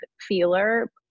feeler